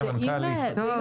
בסדר.